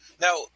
Now